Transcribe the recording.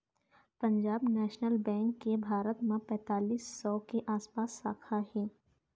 Punjab national bank के भारत म पैतालीस सौ के आसपास साखा हे